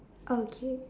okay